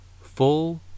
Full